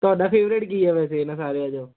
ਤੁਹਾਡਾ ਫੇਵਰੇਟ ਕੀ ਹ ਵੈਸੇ ਇਹਨਾਂ ਸਾਰੇ ਜ